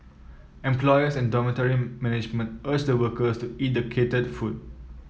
employers and dormitory management urge the workers to eat the catered food